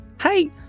Hey